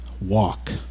Walk